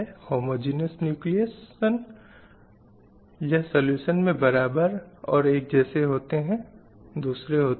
हम उस निष्कर्ष पर क्यों आते हैं